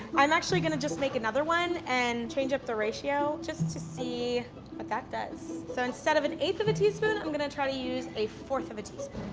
i'm actually gonna just make another one and change up the ratio just to see what that does. so instead of an eighth of a teaspoon, i'm gonna try to use a forth of a teaspoon.